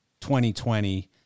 2020